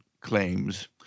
claims